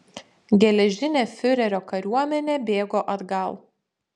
geležinė fiurerio kariuomenė bėgo atgal